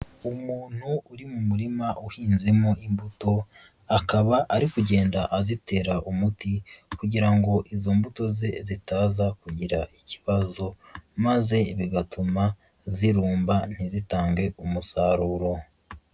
Umuntu uri mu murima uhinzemo imbuto, akaba ari kugenda azitera umuti kugira ngo izo mbuto ze zitaza kugira ikibazo, maze bigatuma zirumba ntizitange umusaruro.